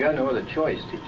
yeah no other choice,